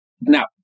Now